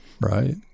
Right